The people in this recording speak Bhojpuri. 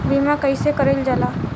बीमा कइसे कइल जाला?